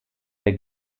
der